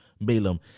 Balaam